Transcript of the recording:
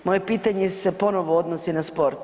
Moje pitanje se ponovo odnosi na sport.